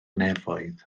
nefoedd